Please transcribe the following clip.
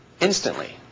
instantly